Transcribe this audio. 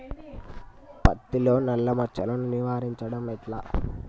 పత్తిలో నల్లా మచ్చలను నివారించడం ఎట్లా?